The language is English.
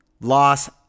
loss